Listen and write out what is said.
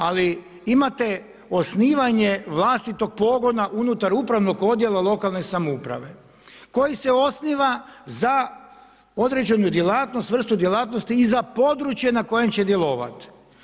Ali imate osnivanje vlastitog pogona unutar upravnog odjela lokalne samouprave koji se osniva za određenu djelatnost, vrstu djelatnosti i za područje na kojem će djelovat.